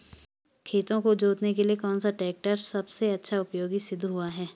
खेतों को जोतने के लिए कौन सा टैक्टर सबसे अच्छा उपयोगी सिद्ध हुआ है?